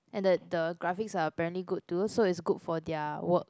and that the graphics are apparently good too so it's good for their work